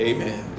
Amen